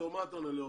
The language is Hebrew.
בתור מה אתה עונה לי,